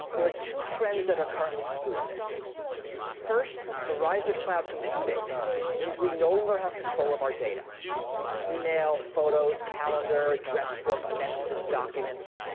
there are two trends that are currently feeling this first, the rise of cloud computing means we no longer have control of our data our email, photos, calendar, address book, messages, documents,